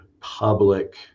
public